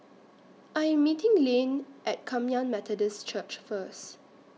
I Am meeting Layne At Kum Yan Methodist Church First